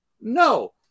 No